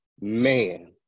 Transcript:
man